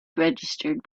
registered